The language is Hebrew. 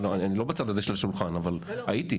אני לא בצד הזה של השולחן אבל הייתי.